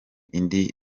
indi